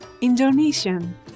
Indonesian